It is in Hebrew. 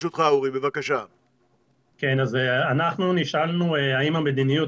אז אנחנו נשאלנו האם המדיניות,